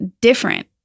different